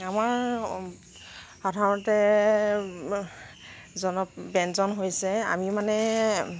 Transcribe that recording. আমাৰ সাধাৰণতে জনপ ব্যঞ্জন হৈছে আমি মানে